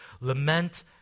Lament